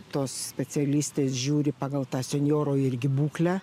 tos specialistės žiūri pagal tą senjoro irgi būklę